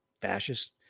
fascist